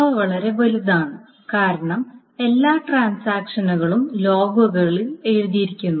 അവ വളരെ വലുതാണ് കാരണം എല്ലാ ട്രാൻസാക്ഷനുകളും ലോഗുകളിൽ എഴുതിയിരിക്കുന്നു